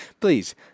please